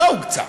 לא הוקצה.